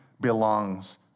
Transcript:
belongs